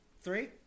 Three